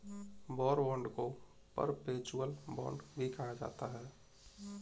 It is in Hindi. वॉर बांड को परपेचुअल बांड भी कहा जाता है